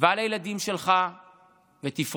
ועל הילדים שלך ותפרוש.